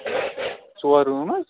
ژور روٗم حظ